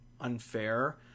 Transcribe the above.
unfair